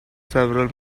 several